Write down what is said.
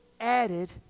added